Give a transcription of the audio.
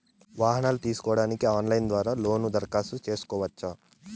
వాహనాలు తీసుకోడానికి ఆన్లైన్ ద్వారా లోను దరఖాస్తు సేసుకోవచ్చా?